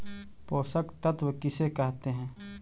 पोषक तत्त्व किसे कहते हैं?